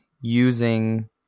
using